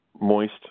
moist